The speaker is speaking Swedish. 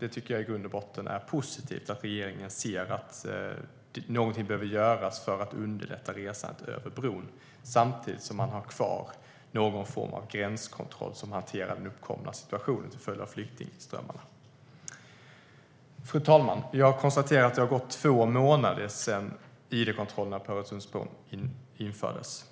Jag tycker att det i grund och botten är positivt att regeringen ser att någonting behöver göras för att underlätta resandet över bron samtidigt som man har kvar någon form av gränskontroll som hanterar den uppkomna situationen till följd av flyktingströmmarna. Fru talman! Jag konstaterar att det har gått två månader sedan id-kontrollerna på Öresundsbron infördes.